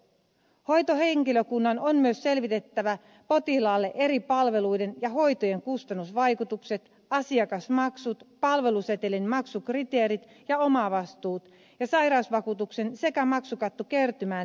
hoitohenkilökunnan on myös selvitettävä potilaalle eri palveluiden ja hoitojen kustannusvaikutukset asiakasmaksut palvelusetelin maksukriteerit ja omavastuut ja sairausvakuutuksen sekä maksukattokertymään liittyvät vaikutukset